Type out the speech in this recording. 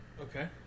Okay